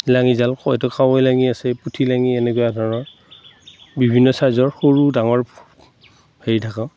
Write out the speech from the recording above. লাঙিজাল কয় এইটোক কাৱৈলাঙি আছে পুঠিলাঙি এনেকুৱা ধৰণৰ বিভিন্ন চাইজৰ সৰু ডাঙৰ হেৰি থকা